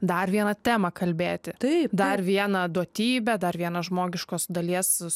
dar vieną temą kalbėti taip dar vieną duotybę dar viena žmogiškos dalies